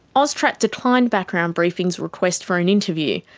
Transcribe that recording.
austrac declined background briefing's request for an interview,